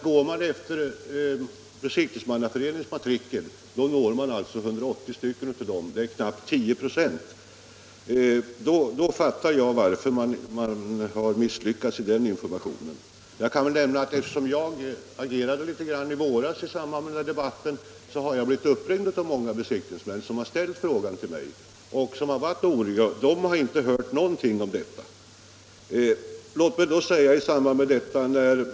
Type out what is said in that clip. Går man efter Besiktningsmannaföreningens matrikel når man alltså 180 av dem — knappt 10 96. Då fattar jag varför man har misslyckats med informationen. Eftersom jag agerade litet i våras i samband med en debatt i denna fråga har jag blivit uppringd av många besiktningsmän som har varit oroliga. De har inte hört någonting om detta.